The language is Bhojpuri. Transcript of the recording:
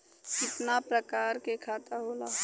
कितना प्रकार के खाता होला?